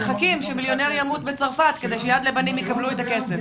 ומחכים שמיליונר ימות בצרפת כדי שיד לבנים יקבלו את הכסף.